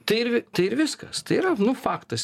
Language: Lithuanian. tai ir tai ir viskas tai yra nu faktas